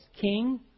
king